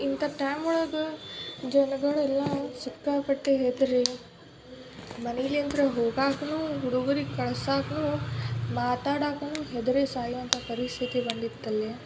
ಇಂಥ ಟೈಮ್ ಒಳಗೆ ಜನಗಳೆಲ್ಲ ಸಿಕ್ಕಾಪಟ್ಟೆ ಹೆದರಿ ಮನೇಲಿಂದ್ ಹೋಗಾಕೂ ಹುಡುಗುರಿಗೆ ಕಳ್ಸಾಕೂ ಮಾತಾಡಕ್ಕೂ ಹೆದರಿ ಸಾಯುವಂಥ ಪರಿಸ್ಥಿತಿ ಬಂದಿತ್ತು ಅಲ್ಲಿ